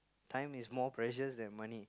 time is more precious than money